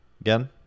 again